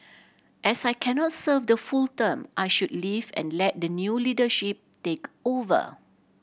as I cannot serve the full term I should leave and let the new leadership take over